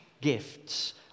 gifts